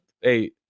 Hey